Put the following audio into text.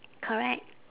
correct